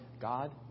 God